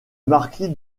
marquis